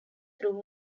through